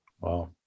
Wow